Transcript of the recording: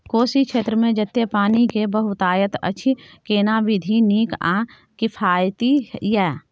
कोशी क्षेत्र मे जेतै पानी के बहूतायत अछि केना विधी नीक आ किफायती ये?